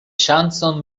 ŝancon